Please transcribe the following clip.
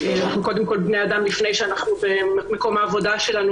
אנחנו קודם כל בני אדם לפני שאנחנו במקום העבודה שלנו,